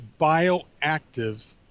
bioactive